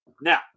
Now